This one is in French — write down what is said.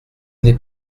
n’est